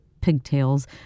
pigtails